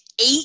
eight